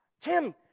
Tim